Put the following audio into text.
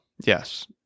yes